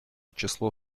числу